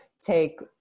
take